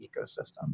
ecosystem